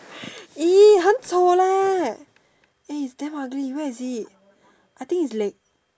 !ee! 很丑 leh eh it's damn ugly where is it I think it's leg